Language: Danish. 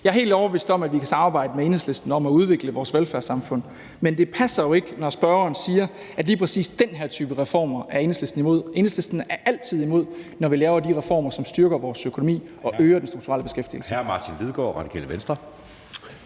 Jeg er helt overbevist om, at vi kan samarbejde med Enhedslisten om at udvikle vores velfærdssamfund, men det passer jo ikke, når spørgeren siger, at det lige præcis er den her type reformer, som Enhedslisten er imod. Enhedslisten er altid imod, når vi laver de reformer, som styrker vores økonomi og øger den strukturelle beskæftigelse.